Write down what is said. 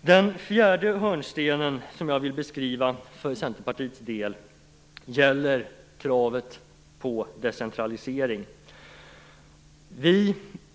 Den fjärde hörnstenen som jag vill beskriva för Centerpartiets del gäller kravet på decentralisering.